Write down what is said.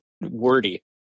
wordy